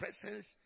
presence